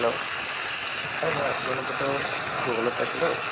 hello হয় মই আপোনাৰ নম্বৰটো গুগলত পাইছিলোঁ